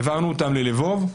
העברנו אותם ללבוב,